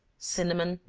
cinnamon,